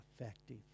effective